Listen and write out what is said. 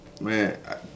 man